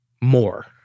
more